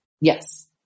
Yes